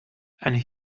and